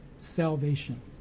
salvation